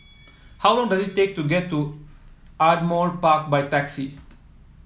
how long does it take to get to Ardmore Park by taxi